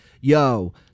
yo